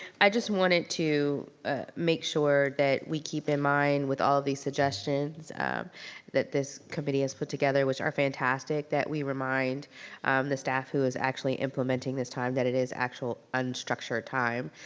i just wanted to make sure that we keep in mind with all these suggestions that this committee has put together, which are fantastic, that we remind the staff who is actually implementing this time that it is actual unstructured time.